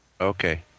Okay